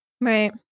Right